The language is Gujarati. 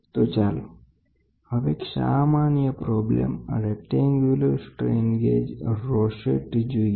તો ચાલો હવે એક સામાન્ય પ્રોબ્લેમ લંબચોરસ સ્ટ્રેન ગેજ રોસેટ જોઈએ